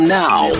now